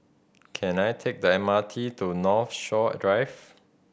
can I take the M R T to Northshore Drive